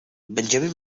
będziemy